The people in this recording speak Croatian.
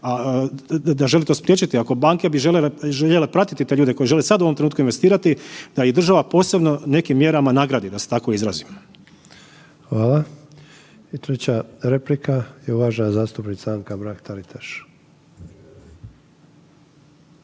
da želi to spriječiti, ako banke bi željele pratiti te ljude koji žele sad u ovom trenutku investirati da ih država posebno nekim mjerama nagradi da se tako izrazim. **Sanader, Ante (HDZ)** Hvala. I treća replika uvažena zastupnica Anka Mrak Taritaš.